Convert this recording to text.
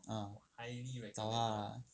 ah 找他 lah